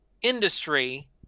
industry